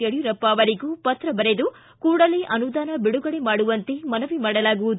ಯಡಿಯೂರಪ್ಪ ಅವರಿಗೂ ಪತ್ರ ಬರೆದು ಕೂಡಲೇ ಅನುದಾನ ಬಿಡುಗಡೆ ಮಾಡುವಂತೆ ಮನವಿ ಮಾಡಲಾಗುವುದು